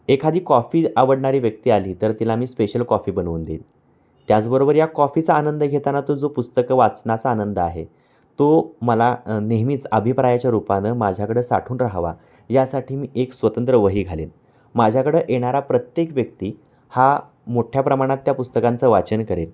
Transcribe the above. एखादी कॉफी आवडणारी व्यक्ती आली तर तिला मी स्पेशल कॉफी बनवून देईन त्याचबरोबर या कॉफीचा आनंद घेताना तो जो पुस्तक वाचनाचा आनंद आहे तो मला नेहमीच अभिप्रायाच्या रूपानं माझ्याकडं साठून राहावा यासाठी मी एक स्वतंत्र वही घालेन माझ्याकडं येणारा प्रत्येक व्यक्ती हा मोठ्या प्रमाणात त्या पुस्तकांचं वाचन करेल